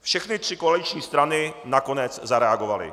Všechny tři koaliční strany nakonec zareagovaly.